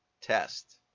test